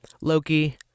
Loki